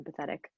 empathetic